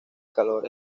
calor